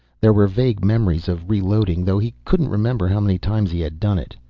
there were vague memories of reloading, though he couldn't remember how many times he had done it.